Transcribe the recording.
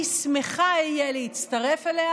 אני אהיה שמחה להצטרף אליה,